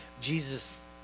Jesus